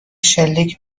شلیک